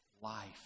life